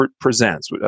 presents